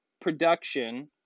production